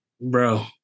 Bro